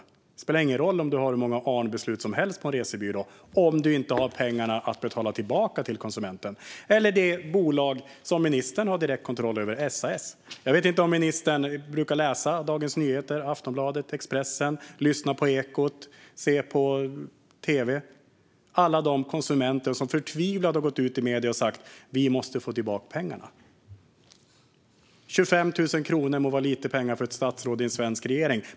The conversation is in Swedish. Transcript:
Det spelar ingen roll om det finns hur många ARN-beslut som helst när det gäller en resebyrå om man inte har pengar att betala tillbaka till konsumenten. Det gäller också det bolag som ministern har direkt kontroll över - SAS. Jag vet inte om ministern brukar läsa Dagens Nyheter, Aftonbladet och Expressen, lyssna på Ekot och se på tv. Många förtvivlade konsumenter har gått ut i medierna och sagt: Vi måste få tillbaka pengarna. 25 000 kronor må vara lite pengar för ett statsråd i en svensk regering.